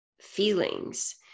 feelings